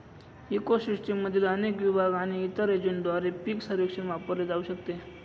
eco सिस्टीममधील अनेक विभाग आणि इतर एजंटद्वारे पीक सर्वेक्षण वापरले जाऊ शकते